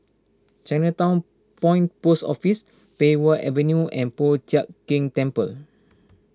Chinatown Point Post Office Pei Wah Avenue and Po Chiak Keng Temple